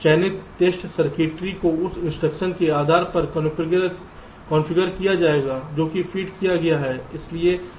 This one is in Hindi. चयनित टेस्ट सर्किटरी को उसी इंस्ट्रक्शन के आधार पर कॉन्फ़िगर किया जाएगा जो कि फीड किया गया है